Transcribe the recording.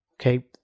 okay